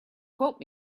quote